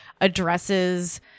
addresses